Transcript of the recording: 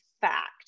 fact